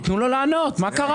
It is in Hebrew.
אבל תיתנו לו לענות, מה קרה?